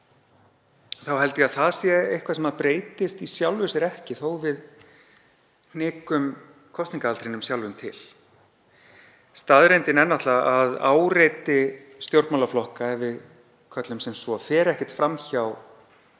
Ég held að það sé eitthvað sem breytist í sjálfu sér ekki þó að við hnikum kosningaaldrinum sjálfum til. Staðreyndin er sú að áreiti stjórnmálaflokka, ef við köllum sem svo, fer ekki fram hjá